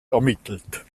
ermittelt